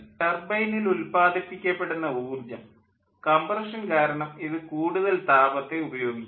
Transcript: ടർബൈനിൽ ഉത്പാദിപ്പിക്കപ്പെടുന്ന ഊർജ്ജം കംപ്രഷൻ കാരണം ഇത് കൂടുതൽ താപത്തെ ഉപയോഗിക്കും